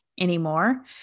anymore